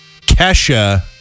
Kesha